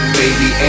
baby